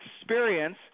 experience